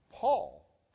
Paul